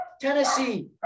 Tennessee